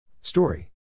Story